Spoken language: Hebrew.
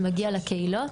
שמגיע לקהילות,